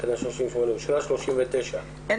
תקנה 38 אושרה.